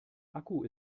akku